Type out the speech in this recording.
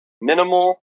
minimal